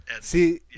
See